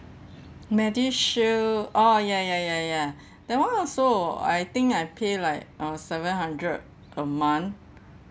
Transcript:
MediShield oh ya ya ya ya that [one] also I think I pay like uh seven hundred a month